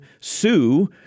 sue